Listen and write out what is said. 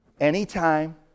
anytime